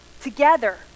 Together